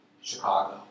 Chicago